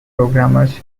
programmers